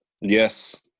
Yes